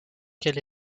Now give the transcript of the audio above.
quelle